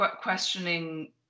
questioning